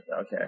Okay